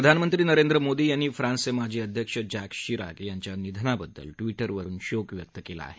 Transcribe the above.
प्रधानमंत्री नरेंद्र मोदी यांनी फ्रान्सचे माजी अध्यक्ष जॅक्स शिराक यांच्या निधनाबद्दल ट्विटरवरून शोक व्यक्त केला आहे